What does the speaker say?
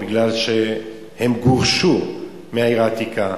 מכיוון שהם גורשו מהעיר העתיקה,